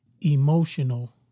emotional